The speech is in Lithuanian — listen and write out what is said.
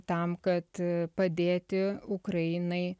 tam kad padėti ukrainai